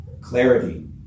clarity